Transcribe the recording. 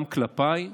גם כלפיי,